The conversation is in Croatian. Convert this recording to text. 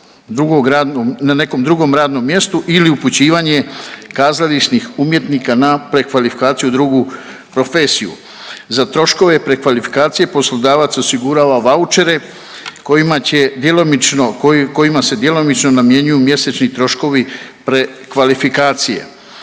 na nekom drugom radnom mjestu ili upućivanje kazališnih umjetnika na prekvalifikaciju u drugu profesiju. Za troškove prekvalifikacije poslodavac osigurava vaučere kojima će djelomično, koji, kojima se djelomično namjenjuju mjesečni troškovi prekvalifikacije.